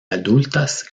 adultas